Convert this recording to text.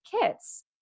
kits